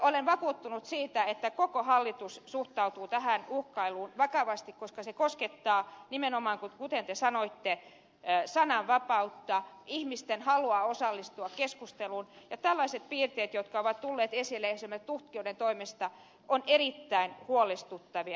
olen vakuuttunut siitä että koko hallitus suhtautuu tähän uhkailuun vakavasti koska se koskettaa nimenomaan kuten te sanoitte sananvapautta ihmisten halua osallistua keskusteluun ja koska tällaiset piirteet jotka ovat tulleet esille esimerkiksi tutkijoiden toimesta ovat erittäin huolestuttavia